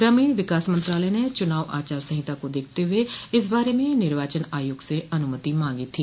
ग्रामीण विकास मंत्रालय ने चुनाव आचार संहिता को देखते हुए इस बारे में निर्वाचन आयोग से अनुमति मांगी थी